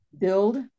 build